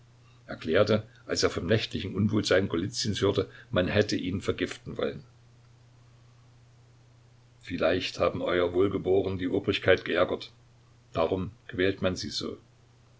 erklärte als er vom nächtlichen unwohlsein golizyns hörte man hätte ihn vergiften wollen vielleicht haben euer wohlgeboren die obrigkeit geärgert darum quält man sie so